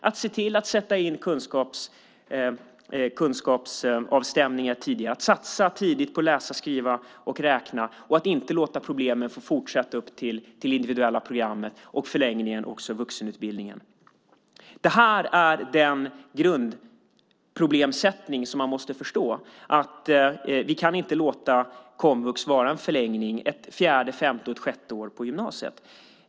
Det handlar om att sätta in kunskapsavstämningar tidigare, att satsa tidigt på läsa, skriva och räkna och att inte låta problemen få fortsätta upp till det individuella programmet, i förlängningen också vuxenutbildningen. Man måste förstå grundproblemet. Vi kan inte låta komvux vara en förlängning, ett fjärde, femte och ett sjätte år på gymnasiet.